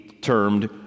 termed